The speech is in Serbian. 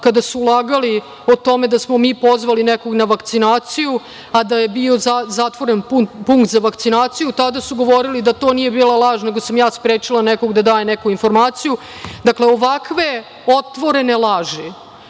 kada su lagali o tome da smo mi pozvali nekog na vakcinaciju, a da je bio zatvoren punkt za vakcinaciju. Tada su govorili da to nije bila laž nego sam ja sprečila nekoga da daje neku informaciju. Dakle, ovakve otvorene laže,